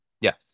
Yes